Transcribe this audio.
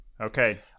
Okay